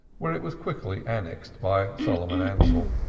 where it was quickly annexed by solomon ansell,